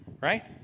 Right